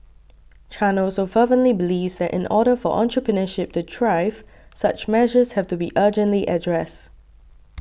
Chan also fervently believes that in order for entrepreneurship to thrive such measures have to be urgently addressed